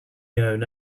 known